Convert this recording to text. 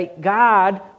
God